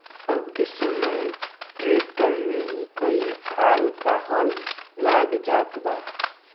अब के समय ट्रैक्टर में ही कई फाल क हल लाग जात बा